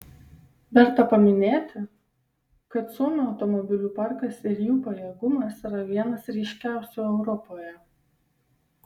verta paminėti kad suomių automobilių parkas ir jų pajėgumas yra vienas ryškiausių europoje